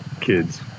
kids